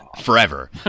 forever